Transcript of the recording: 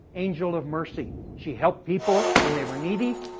angel of mercy. she helped people when they were needy.